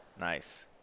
Nice